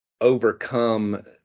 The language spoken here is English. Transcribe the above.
overcome